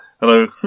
Hello